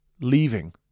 leaving